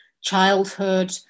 childhood